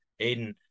Aiden